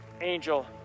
Angel